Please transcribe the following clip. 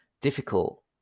difficult